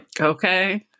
okay